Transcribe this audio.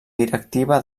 directiva